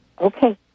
Okay